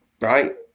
Right